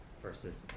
versus